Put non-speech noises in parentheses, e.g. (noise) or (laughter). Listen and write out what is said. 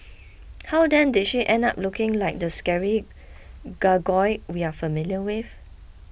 how then did she end up looking like the scary (noise) gargoyle we are familiar with